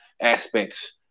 aspects